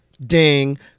Ding